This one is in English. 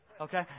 Okay